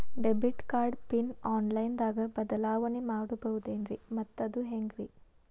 Debit card PIN online ದಾಗ ಬದಲಾವಣೆ ಮಾಡಬಹುದೇನ್ರಿ ಮತ್ತು ಅದು ಹೆಂಗ್ರಿ?